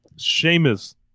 Sheamus